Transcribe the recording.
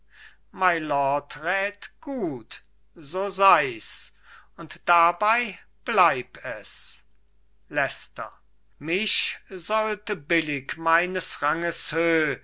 gut so sei's und dabei bleib es leicester mich sollte billlig meines ranges